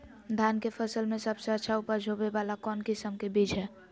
धान के फसल में सबसे अच्छा उपज होबे वाला कौन किस्म के बीज हय?